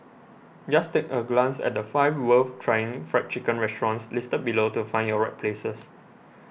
just take a glance at the five worth trying Fried Chicken restaurants listed below to find your right places